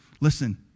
Listen